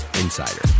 insider